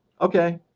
Okay